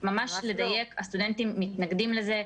ממש לדייק, הסטודנטים מתנגדים לזה.